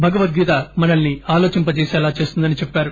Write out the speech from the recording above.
భగవద్గీత మనల్ని ఆలోచింపజేసేలా చేస్తుందని చెప్పారు